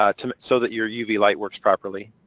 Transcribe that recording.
um so that your uv light works properly.